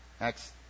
Acts